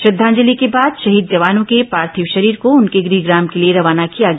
श्रद्धांजलि के बाद शहीद जवानों के पार्थिव शरीर को उनके गृहग्राम के लिए रवाना किया गया